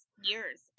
years